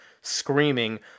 screaming